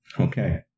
Okay